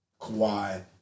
Kawhi